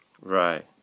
Right